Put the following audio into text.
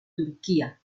turquía